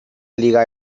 liga